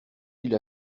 ils